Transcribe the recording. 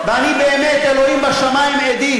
צריכה להיות, ואני באמת, אלוהים בשמים עדי,